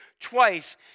twice